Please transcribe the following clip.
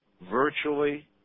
virtually